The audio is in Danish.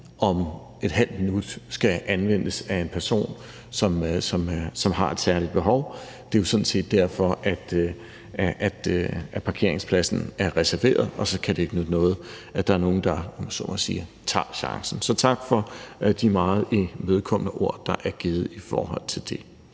om et halvt minut skal anvendes af en person, som har et særligt behov. Det er jo sådan set derfor, at parkeringspladsen er reserveret, og så kan det ikke nytte noget, at der er nogen, der, om jeg så må sige, tager chancen. Så tak for de meget imødekommende ord, der er givet om det. I forhold til den